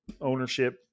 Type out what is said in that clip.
ownership